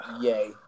Yay